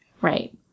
Right